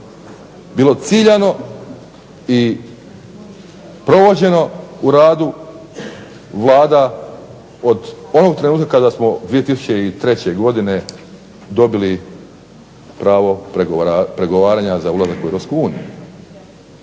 bilo ciljano i provođeno u radu vlada od onog trenutka kada smo 2003. godine dobili pravo pregovaranja za ulazak u Europsku uniju.